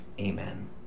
Amen